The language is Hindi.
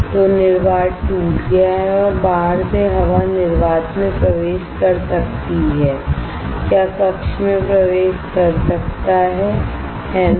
तो निर्वात टूट गया है और बाहर से हवा निर्वात में प्रवेश कर सकती है क्या कक्ष में प्रवेश कर सकता है है ना